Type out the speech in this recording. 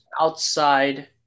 outside